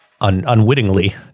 unwittingly